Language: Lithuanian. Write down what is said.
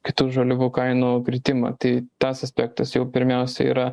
kitų žaliavų kainų kritimą tai tas aspektas jau pirmiausia yra